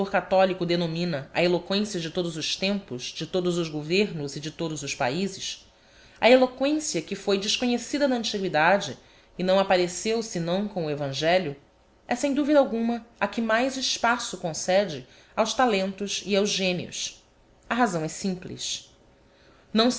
eatholieo denomina a eloquência de todos os tempos de todos os governos e de todos os paizes a eloquência que foi desconhecida na antiguidade e não appareceu senão com o evangelho é sem duvida alguma a que mais espaço concede aos talentos e aos génios a razão é simples não